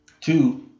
Two